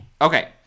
okay